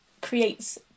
creates